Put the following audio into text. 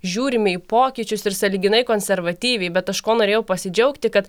žiūrime į pokyčius ir sąlyginai konservatyviai bet aš kuo norėjau pasidžiaugti kad